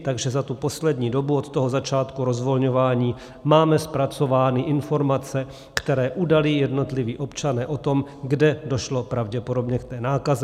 Takže za tu poslední dobu od začátku rozvolňování máme zpracovány informace, které udali jednotliví občané o tom, kde došlo pravděpodobně k té nákaze.